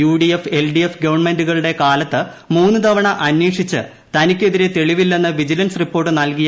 U D F L D F ഗവൺമെന്റുകളുടെ കാലത്ത് മൂന്ന് തവണ അന്വേഷിച്ച് തനിക്കെതിരെ തെളിവില്ലെന്ന് വിജിലൻസ് റിപ്പോർട്ട് നൽകിയ